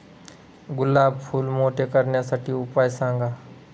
गुलाब फूल मोठे करण्यासाठी उपाय सांगा?